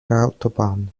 autobahn